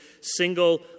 single